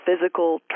physical